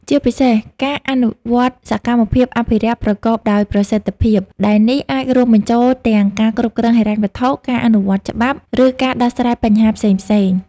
ជាពិសេសការអនុវត្តសកម្មភាពអភិរក្សប្រកបដោយប្រសិទ្ធភាព ដែលនេះអាចរួមបញ្ចូលទាំងការគ្រប់គ្រងហិរញ្ញវត្ថុ ការអនុវត្តច្បាប់ ឬការដោះស្រាយបញ្ហាផ្សេងៗ។